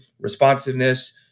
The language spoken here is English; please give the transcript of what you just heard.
responsiveness